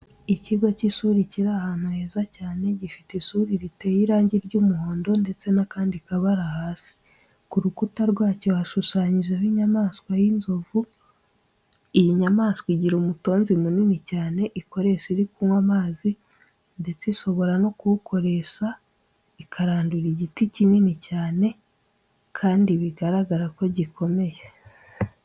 Ikigo cy'ishuri kiri ahantu heza cyane, gifite ishuri riteye irangi ry'umuhondo ndetse n'akandi kabara hasi, ku rukunda rwaryo hashushanyijeho inyamaswa y'inzovu. Iyi nyamaswa igira umutonzi munini cyane ikoresha iri kunywa amazi, ndetse ishobora no kuwukoresha ikarandura igiti kinini cyane, kandi bigaragara ko gikomeye.